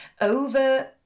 Over